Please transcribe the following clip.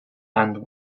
and